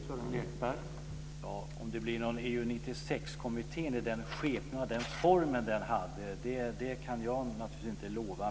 Herr talman! Om det blir en EU 96-kommitté i tidigare skepnad eller form kan jag naturligtvis inte lova.